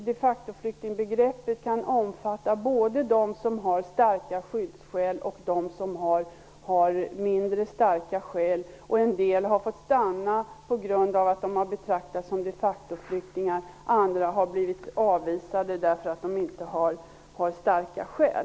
De factoflyktingbegreppet kan omfatta både dem som har starka skyddsskäl och dem som har mindre starka skäl. En del har fått stanna på grund av att de har betraktats som de facto-flyktingar. Andra har blivit avvisade, därför att de inte har starka skäl.